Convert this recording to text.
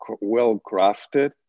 well-crafted